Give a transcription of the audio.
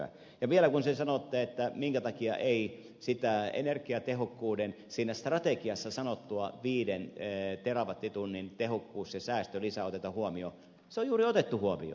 ja vielä kun te sanoitte että minkä takia ei siinä energiatehokkuuden strategiassa sanottua viiden terawattitunnin tehokkuus ja säästölisää oteta huomioon niin se on juuri otettu huomioon